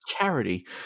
charity